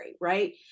right